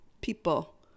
people